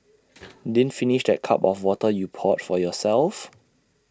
didn't finish that cup of water you poured for yourself